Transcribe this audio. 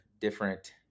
different